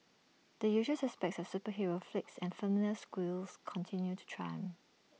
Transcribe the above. the usual suspects of superhero flicks and familiar sequels continued to triumph